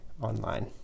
online